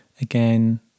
again